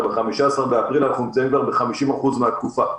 הרי ב-15 באפריל אנחנו נמצאים כבר ב-50% מן התקופה,